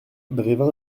brevin